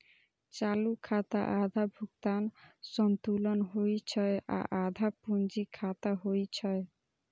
चालू खाता आधा भुगतान संतुलन होइ छै आ आधा पूंजी खाता होइ छै